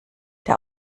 der